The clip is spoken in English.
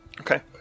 Okay